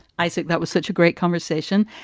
i think that was such a great conversation.